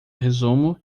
resumo